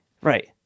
Right